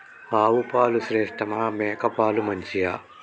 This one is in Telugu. ఆవు పాలు శ్రేష్టమా మేక పాలు మంచియా?